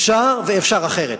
אפשר, ואפשר אחרת.